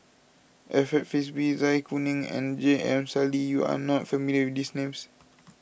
Alfred Frisby Zai Kuning and J M Sali you are not familiar with these names